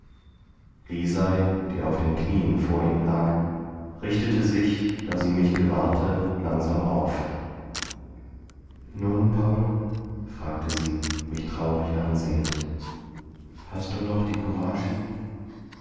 lisei die auf den knien vor ihm lag richtete sich da sie mich gewahrte langsam auf nun paul fragte sie mich traurig ansehend hast du noch die